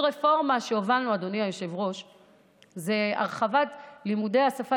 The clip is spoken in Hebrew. עוד רפורמה שהובלנו היא הרחבת לימודי השפה